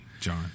John